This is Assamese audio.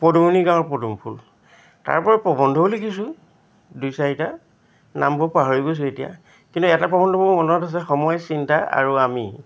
পদুমণি গাঁৱৰ পদুমফুল তাৰপৰা প্ৰবন্ধও লিখিছোঁ দুই চাৰিটা নামবোৰ পাহৰি গৈছোঁ এতিয়া কিন্তু এটা প্ৰবন্ধ মোৰ মনত আছে সময় চিন্তা আৰু আমি